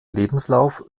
lebenslauf